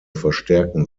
verstärken